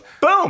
Boom